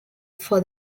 for